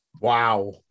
Wow